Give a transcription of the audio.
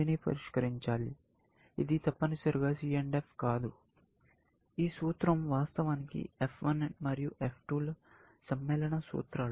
ఇది తప్పనిసరిగా C F కాదు ఈ సూత్రం వాస్తవానికి F1 మరియు F2 ల సమ్మేళన సూత్రాలు